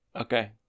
Okay